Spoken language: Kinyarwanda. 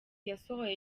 yasohoye